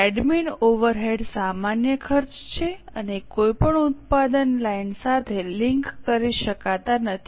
admin overhead સામાન્ય ખર્ચ છે અને કોઈપણ ઉત્પાદન લાઇન સાથે લિંક કરી શકાતા નથી